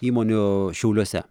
įmonių šiauliuose